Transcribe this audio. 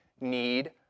need